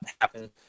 happen